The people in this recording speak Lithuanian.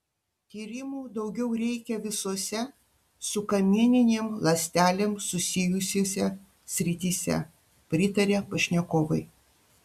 tyrimų daugiau reikia visose su kamieninėm ląstelėm susijusiose srityse pritaria pašnekovai